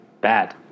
bad